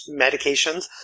medications